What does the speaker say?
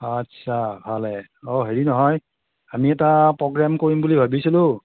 আচ্ছা ভালে অ' হেৰি নহয় আমি এটা প্ৰগ্ৰেম কৰিম বুলি ভাবিছিলোঁ